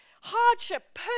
hardship